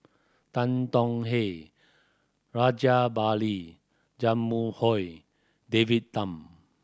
Tan Tong Hye Rajabali Jumabhoy David Tham